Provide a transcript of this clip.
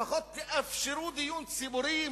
לפחות תאפשרו דיון ציבורי,